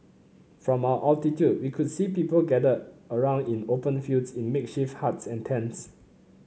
from our altitude we could see people gathered around in open fields in makeshift huts and tents